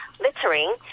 littering